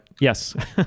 Yes